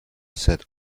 said